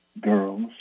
girls